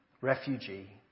refugee